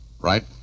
right